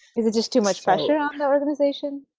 is it just too much pressure on the organization?